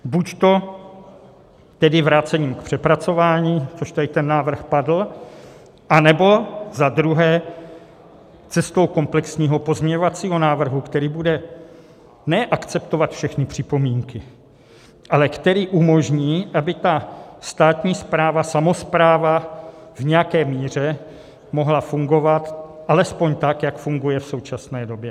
Buď tedy vrácením k přepracování, což tady ten návrh padl, nebo za druhé cestou komplexního pozměňovacího návrhu, který bude ne akceptovat všechny připomínky, ale který umožní, aby ta státní správa, samospráva v nějaké míře mohla fungovat alespoň tak, jak funguje v současné době.